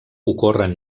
ocorren